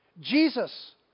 Jesus